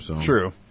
True